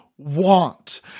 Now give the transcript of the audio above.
Want